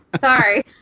Sorry